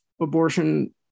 abortion